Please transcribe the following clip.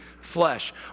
flesh